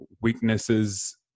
weaknesses